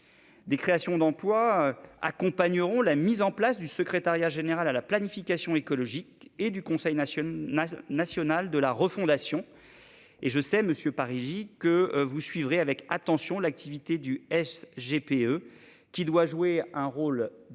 Des créations d'emplois accompagneront la mise en place du secrétariat général à la planification écologique et du Conseil national de la refondation. Je sais, monsieur Parigi, que vous suivrez avec attention l'activité du SGPE, qui doit jouer un rôle déterminant